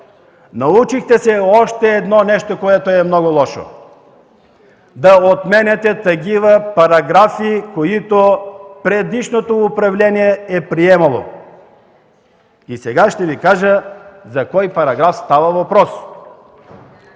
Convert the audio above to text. научихте се още едно нещо, което е много лошо – да отменяте такива параграфи, които предишното управление е приемало. Сега ще Ви кажа за кой параграф става въпрос.